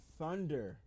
Thunder